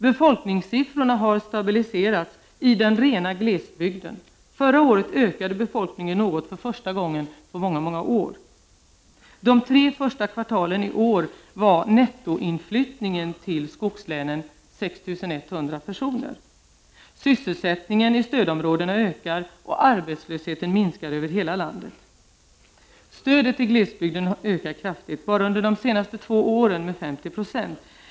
Befolkningssiffrorna har stabiliserats i den rena glesbygden — förra året ökade befolkningen något för första gången på många, många år. De tre första kvartalen i år var nettoinflyttningen till skogslänen 6 100 personer. Sysselsättningen i stödområdena ökar, och arbetslösheten minskar över hela landet. Stödet till glesbygden ökar kraftigt. Bara under de senaste två åren har det ökat med 50 76.